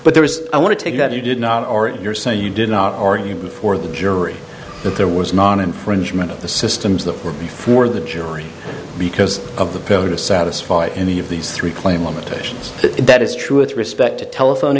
but there is i want to take that you did not or your so you didn't are you before the jury that there was non infringement of the systems that were before the jury because of the pro to satisfy any of these three claim limitations that is true with respect to telephone